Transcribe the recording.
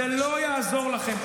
זה לא יעזור לכם.